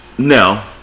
no